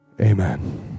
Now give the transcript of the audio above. Amen